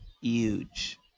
huge